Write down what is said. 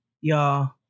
Y'all